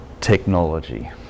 technology